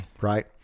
right